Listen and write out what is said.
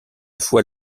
fois